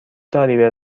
داری